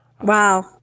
Wow